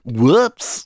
Whoops